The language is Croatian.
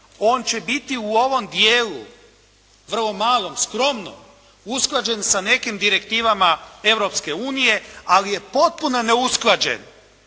On će biti u ovom dijelu vrlo malom, skromnom usklađen sa nekim direktivama Europske unije, ali je potpuno neusklađen